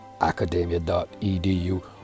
academia.edu